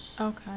Okay